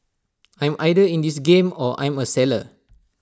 I'm either in this game or I'm A seller